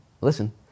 Listen